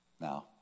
Now